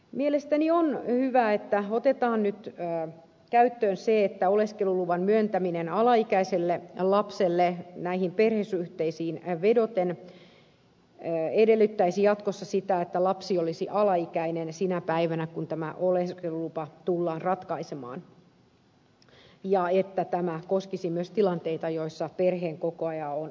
mielestäni on hyvä että otetaan nyt käyttöön se että oleskeluluvan myöntäminen alaikäiselle lapselle perhesuhteisiin vedoten edellyttäisi jatkossa sitä että lapsi olisi alaikäinen sinä päivänä kun tämä oleskelulupa tullaan ratkaisemaan ja että tämä koskisi myös tilanteita joissa perheenkokoaja on alaikäinen